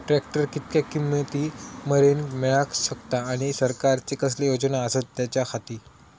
Tractor कितक्या किमती मरेन मेळाक शकता आनी सरकारचे कसले योजना आसत त्याच्याखाती?